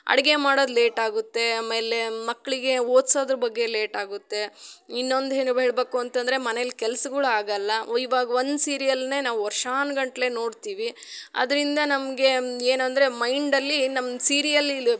ಅಡಿಗೆ ಮಾಡೋದು ಲೇಟ್ ಆಗುತ್ತೆ ಆಮೇಲೆ ಮಕ್ಕಳಿಗೆ ಓದ್ಸೋದ್ರ ಬಗ್ಗೆ ಲೇಟ್ ಆಗುತ್ತೆ ಇನ್ನೊಂದು ಏನ್ ಹೇಳಬೇಕು ಅಂತಂದರೆ ಮನೇಲಿ ಕೆಲ್ಸಗುಳು ಆಗಲ್ಲ ಇವಾಗ ಒಂದು ಸೀರಿಯಲ್ಲನ್ನೆ ನಾವು ವರ್ಷಾನು ಗಟ್ಟಲೆ ನೋಡ್ತೀವಿ ಅದರಿಂದ ನಮಗೆ ಏನೆಂದ್ರೆ ಮೈಂಡಲ್ಲಿ ನಮ್ಮ ಸೀರಿಯಲಲ್ಲಿ